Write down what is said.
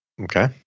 Okay